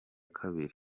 kabiri